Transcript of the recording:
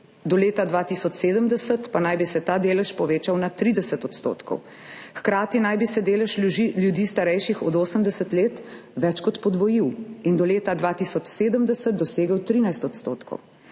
do leta 2070 pa naj bi se ta delež povečal na 30 %. Hkrati naj bi se delež ljudi, starejših od 80 let, več kot podvojil in do leta 2070 dosegel 13 %.